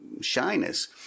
shyness